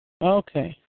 Okay